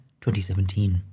2017